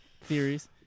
theories